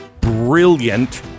brilliant